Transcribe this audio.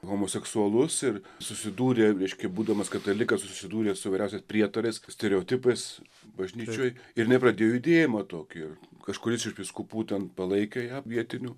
homoseksualus ir susidūrė reiškia būdamas katalikas susidūrė su įvairiausiais prietarais stereotipais bažnyčioj ir jinai pradėjo judėjimą tokį ir kažkuris iš vyskupų ten palaikė ją vietinių